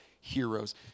heroes